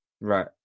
Right